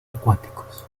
acuáticos